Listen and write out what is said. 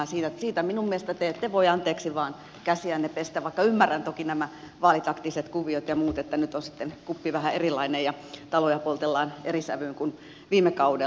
siitä minun mielestäni te ette voi anteeksi vain käsiänne pestä vaikka ymmärrän toki nämä vaalitaktiset kuviot ja muut että nyt on sitten kuppi vähän erilainen ja taloja poltellaan eri sävyyn kuin viime kaudella